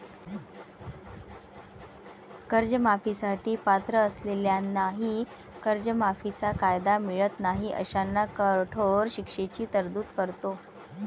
कर्जमाफी साठी पात्र असलेल्यांनाही कर्जमाफीचा कायदा मिळत नाही अशांना कठोर शिक्षेची तरतूद करतो